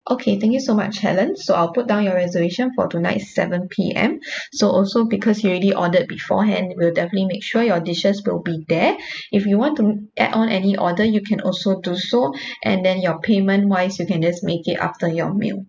okay thank you so much helen so I'll put down your reservation for tonight seven P_M so also because you already ordered beforehand we will definitely make sure your dishes will be there if you want to add on any order you can also do so and then your payment wise you can just make it after your meal